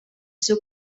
seu